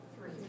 Three